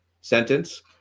sentence